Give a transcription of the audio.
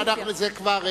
זו כבר